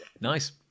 nice